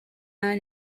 iron